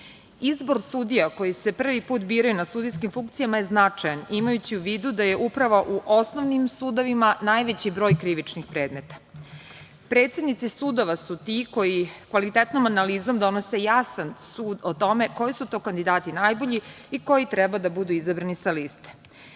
Izbor sudija koji se prvi put biraju na sudijske funkcije je značaj imajući u vidu da je upravo u osnovnim sudovima najveći broj krivičnih predmeta. Predsednici sudova su ti koji kvalitetnom analizom donose jasan sud o tome koji su to kandidati najbolji i koji treba da budu izabrani sa liste.